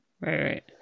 Right